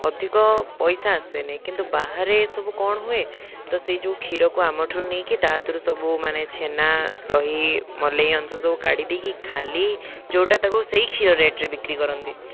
ଅଧିକ ପଇସା ଆସେନି କିନ୍ତୁ ବାହାରେ ସବୁ କ'ଣ ହୁଏ ତ ସେଇ ଯେଉଁ କ୍ଷୀରକୁ ଆମଠୁ ନେଇକି ତା' ଦେହରୁ ସବୁ ମାନେ ଛେନା ଦହି ମଲେଇ ଅଂଶ ସବୁ କାଢ଼ି ଦେଇକି ଖାଲି ଯେଉଁଟା ତାକୁ ସେଇ କ୍ଷୀର ରେଟ୍ରେ ବିକ୍ରି କରନ୍ତି